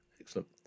excellent